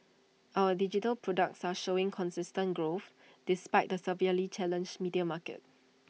our digital products are showing consistent growth despite the severely challenged media market